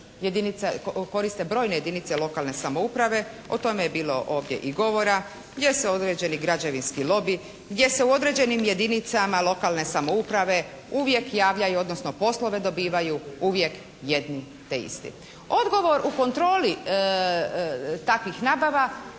koriste brojne jedinice lokalne samouprave, o tome je bilo ovdje i govora, gdje se određeni građevinski lobi, gdje se u određenim jedinicama lokalne samouprave uvijek javljaju odnosno poslove dobivaju uvijek jedni te isti. Odgovor u kontroli takvih nabava